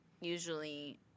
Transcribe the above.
usually